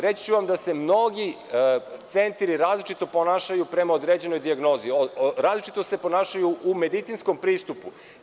Reći ću vam da se mnogi centri različito ponašaju prema određenoj dijagnozi, različito se ponašaju u medicinskom pristupu.